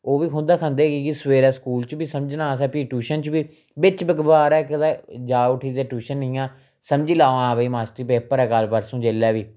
ओह् बी खुंदक खंदे कि के सवेरै स्कूल च बी समझना असें फ्ही ट्यूशन च बी बिच्च बार कदें जाओ उठी ते ट्यूशन इयां समझी लैओ हां भाई मास्टर जी पेपर ऐ कल परसू जेल्लै बी